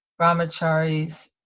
brahmacharis